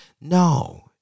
No